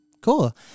cool